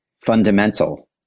fundamental